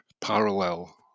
parallel